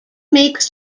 makes